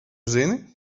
zini